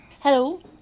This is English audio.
Hello